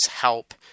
help